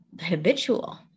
habitual